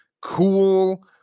cool